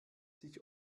sich